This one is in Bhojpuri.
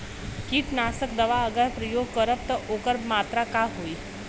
कीटनाशक दवा अगर प्रयोग करब त ओकर मात्रा का होई?